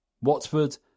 Watford